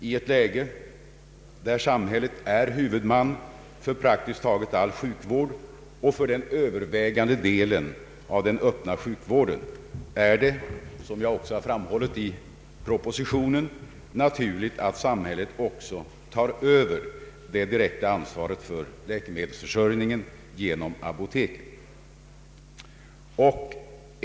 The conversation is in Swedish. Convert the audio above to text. I ett läge där samhället är huvudman för praktiskt taget all sjukhusvård och för den övervägande delen av den öppna sjukvården är det, som jag också framhållit i propositionen, naturligt att samhället också tar över det direkta ansvaret för läkemedelsförsörjningen genom apoteken.